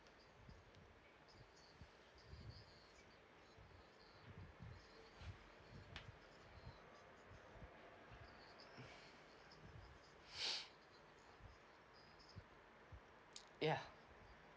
ya